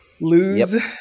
lose